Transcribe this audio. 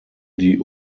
die